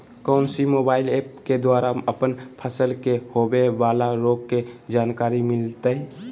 कौन सी mobile app के द्वारा अपन फसल के होबे बाला रोग के जानकारी मिलताय?